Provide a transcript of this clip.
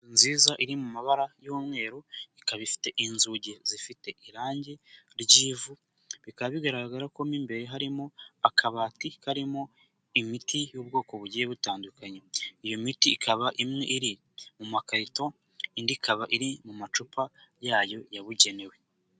Nziza iri mu mabara y'umweru ikaba ifite inzugi zifite irangi ry'ivu, bikaba bigaragara ko mo imbere harimo akabati karimo imiti y'ubwoko bugiye butandukanye. Iyo miti ikaba imwe iri mu makarito indi ikaba iri mu macupa yayo yabugenewe.